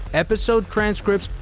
episode transcripts,